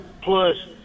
plus